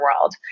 world